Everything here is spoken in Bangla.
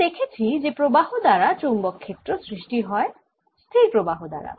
আমরা দেখেছি যে প্রবাহ দ্বারা চৌম্বক ক্ষেত্র সৃষ্টি হয় স্থির প্রবাহ দ্বারা